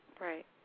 Right